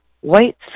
white